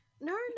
no